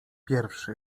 pierwszy